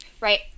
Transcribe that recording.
Right